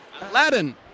Aladdin